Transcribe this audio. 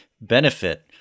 benefit